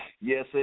yes